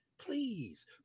please